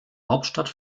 hauptstadt